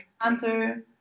Hunter